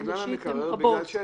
אז זה בגלל המקרר, לא בגלל השלט.